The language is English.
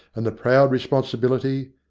and the proud responsi bility,